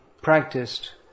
practiced